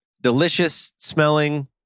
delicious-smelling